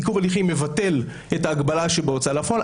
עיכוב הליכים מבטל את ההגבלה שבהוצאה לפועל.